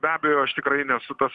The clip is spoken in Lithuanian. be abejo aš tikrai nesu tas